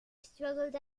struggled